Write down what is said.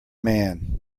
man